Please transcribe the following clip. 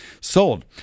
sold